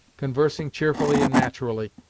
conversing cheerfully and naturally,